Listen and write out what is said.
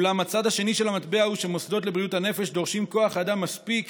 אולם הצד השני של המטבע הוא שהמוסדות לבריאות הנפש דורשים כוח אדם מספיק